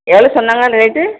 எவ்வளோ சொன்னாங்க அந்த ரேட்டு